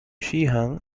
sheehan